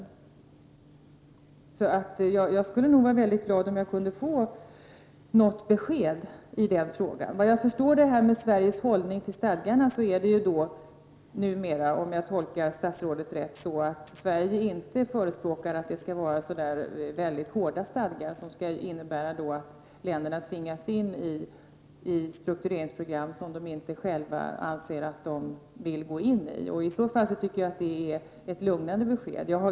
Så jag skulle vara väldigt glad om jag kunde få något besked i den frågan. Vad beträffar hållningen till stadgarna förespråkar Sverige numera, om jag tolkar statsrådet rätt att stadgarna inte skall vara så hårda att länderna tvingas in i struktureringsprogram som de inte själva anser att de vill gå in i. I så fall tycker jag att det är ett lugnande besked.